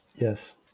Yes